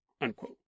unquote